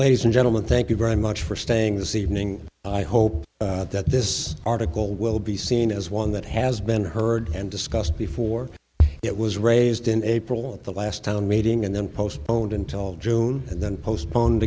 ladies and gentlemen thank you very much for staying the c evening i hope that this article will be seen as one that has been heard and discussed before it was raised in april and the last town meeting and then postponed until june and then postponed